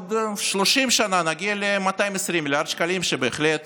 ובעוד 30 שנה נגיע ל-220 מיליארד שקלים, וזה בהחלט